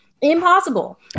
impossible